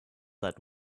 that